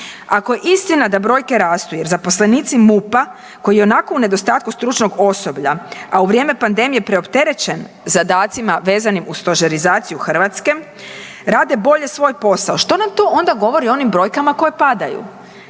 Ako je istina da brojke rastu jer zaposlenici MUP-a koji ionako u nedostatku stručnog osoblja, a u vrijeme pandemije preopterećen zadacima vezanim uz stožerizaciju Hrvatske, rade bolje svoj posao, što nam to onda govori o onim brojkama koje padaju?